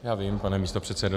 Já vím, pane místopředsedo.